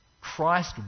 Christ